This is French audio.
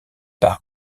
par